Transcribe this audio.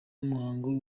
muhango